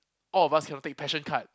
all of us cannot take passion card